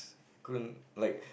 couldn't like